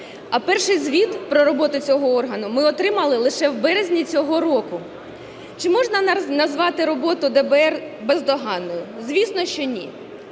А перший звіт про роботу цього органу ми отримали лише в березні цього року. Чи можна назвати роботу ДБР бездоганною? Звісно, що ні.